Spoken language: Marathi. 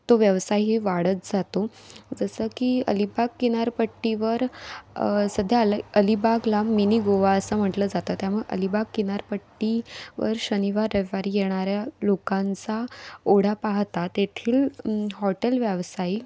तो व्यवसायही वाढत जातो जसं की अलिबाग किनारपट्टीवर सध्या अल अलिबागला मिनी गोवा असं म्हटलं जातं त्यामुळे अलिबाग किनारपट्टी वर शनिवार रविवारी येणाऱ्या लोकांचा ओढा पाहता तेथील हॉटेल व्यावसायिक